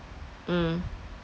mm